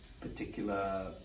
particular